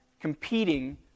competing